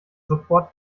sofort